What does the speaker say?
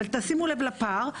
אבל תשימו לב לפער.